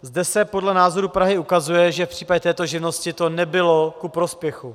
Zde se podle názoru Prahy ukazuje, že v případě této živnosti to nebylo ku prospěchu.